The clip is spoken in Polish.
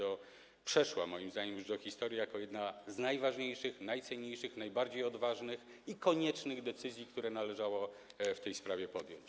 Ona już przeszła moim zdaniem do historii jako jedna z najważniejszych, najcenniejszych, najbardziej odważnych i koniecznych decyzji, które należało w tej sprawie podjąć.